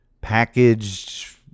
packaged